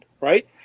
Right